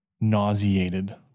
nauseated